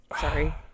Sorry